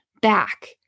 back